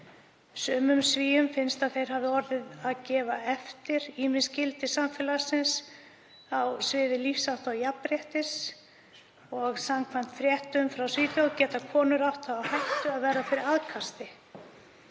Sumum Svíum finnst að þeir hafi orðið að gefa eftir ýmis gildi samfélagsins á sviði lífshátta og jafnréttis og samkvæmt fréttum frá Svíþjóð geta konur átt það á hættu að verða fyrir aðkasti.